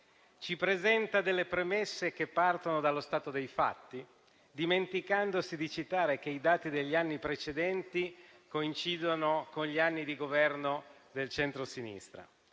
Ci presenta delle premesse che partono dallo stato dei fatti, dimenticandosi di citare che i dati degli anni precedenti coincidono con gli anni di governo del centrosinistra.